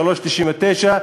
3.99,